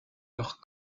leur